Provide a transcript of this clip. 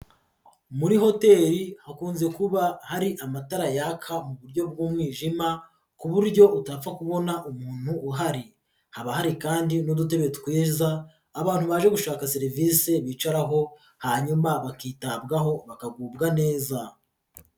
Muri hoteli hakunze kuba hari amatara yaka mu buryo bw'umwijima ku buryo utapfa kubona umuntu uhari, haba hari kandi n'udutebe twiza abantu baje gushaka serivisi bicaraho hanyuma bakitabwaho bakagubwa neza.